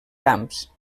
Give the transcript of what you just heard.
camps